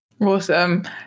Awesome